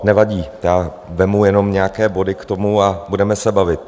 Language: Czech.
Nevadí, vezmu jenom nějaké body k tomu a budeme se bavit.